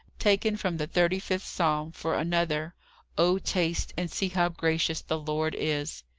taken from the thirty-fifth psalm, for another o taste, and see, how gracious the lord is!